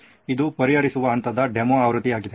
ಇದು ಪರಿಹರಿಸುವ ಹಂತದ ಡೆಮೊ ಆವೃತ್ತಿಯಾಗಿದೆ